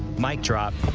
mic drop